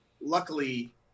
Luckily